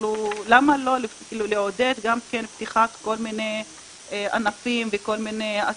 למה לא לעודד גם פתיחת כל מיני ענפים וכל מיני עסקים,